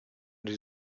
die